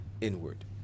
inward